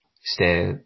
stay